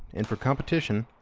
and for competition,